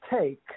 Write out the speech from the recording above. take